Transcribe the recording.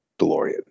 DeLorean